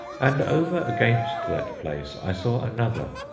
and over against that place i saw another,